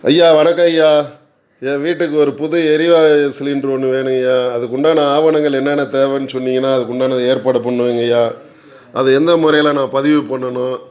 ஐயா வணக்கம் ஐயா என் வீட்டுக்கு ஒரு புது எரிவாயு சிலிண்ட்ரு ஒன்று வேணுய்யா அதுக்கு உண்டான ஆவணங்கள் என்னென்ன தேவைன்னு சொன்னீங்கன்னால் அதுக்கு உண்டான ஏற்பாடு பண்ணுவேங்கய்யா அது எந்த முறையில் நான் பதிவு பண்ணணும்